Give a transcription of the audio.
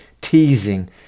teasing